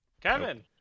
Kevin